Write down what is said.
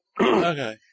Okay